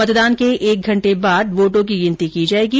मतदान के एक घंटे बाद वोटों की गिनती की जाएगी